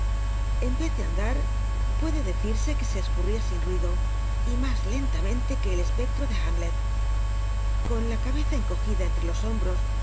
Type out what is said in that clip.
de andaa puede decir se que se eseurrin sin ruido y mas lentamente r ue el c ccho de amlel con la cabeza encogida entre lo